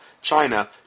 China